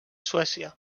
suècia